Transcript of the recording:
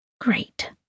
Great